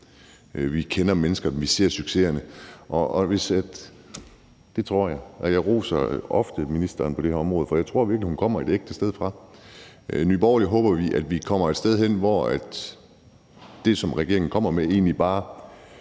Vi kender mennesker. Vi ser succeserne. Og jeg roser ofte ministeren på det her område, for jeg tror virkelig, at hun kommer et ægte sted fra. I Nye Borgerlige håber vi, at vi kommer et sted hen, hvor det, som regeringen kommer med, egentlig bare